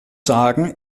sagen